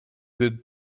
good